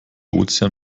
ozean